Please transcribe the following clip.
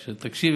תקשיב,